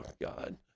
God